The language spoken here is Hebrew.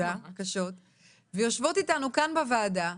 ויושבות איתנו כאן בוועדה